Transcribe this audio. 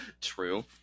true